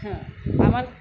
হ্যাঁ আমার